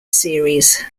series